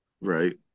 Right